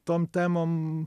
tom temom